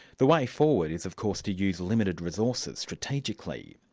the way forward is of course to use limited resources strategically.